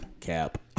Cap